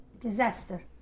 Disaster